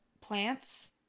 plants